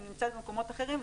היא נמצאת במקומות אחרים,